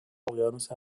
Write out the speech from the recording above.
اقیانوس